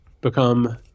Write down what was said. become